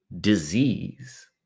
disease